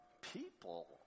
people